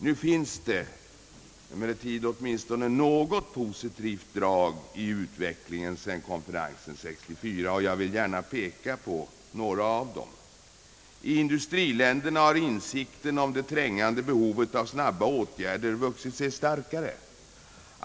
Nu finns det emellertid åtminstone vissa positiva drag i utvecklingen sedan konferensen 1964, och jag vill gärna peka på några av dem. I industriländerna har insikten om det trängande behovet av snabba åtgärder vuxit sig starkare.